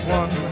one